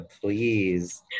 please